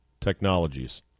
Technologies